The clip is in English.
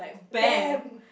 bam